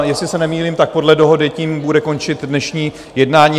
Jestli se nemýlím, podle dohody tím bude končit dnešní jednání.